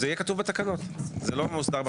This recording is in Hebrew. זה יהיה כתוב בתקנות, זה לא מוסדר בחקיקה.